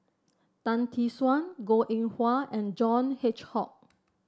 Tan Tee Suan Goh Eng Wah and John Hitchcock